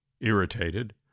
irritated